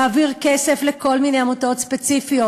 להעביר כסף לכל מיני עמותות ספציפיות.